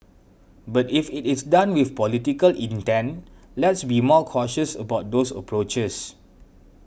but if it is done with political intent let's be more cautious about those approaches